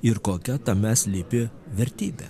ir kokia tame slypi vertybė